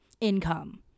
income